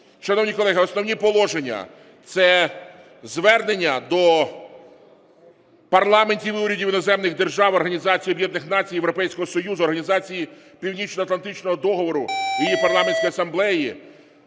Шановні колеги, основні положення. Це Звернення до парламентів і урядів іноземних держав, Організації Об'єднаних Націй, Європейського Союзу, Організації Північноатлантичного договору, її Парламентської Асамблеї